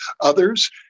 others